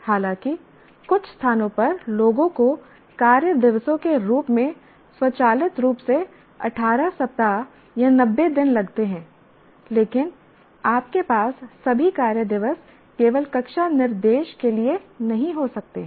हालांकि कुछ स्थानों पर लोगों को कार्य दिवसों के रूप में स्वचालित रूप से 18 सप्ताह या 90 दिन लगते हैं लेकिन आपके पास सभी कार्य दिवस केवल कक्षा निर्देश के लिए नहीं हो सकते हैं